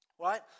right